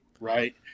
right